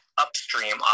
upstream